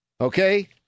Okay